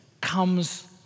comes